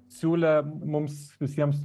siūlė mums visiems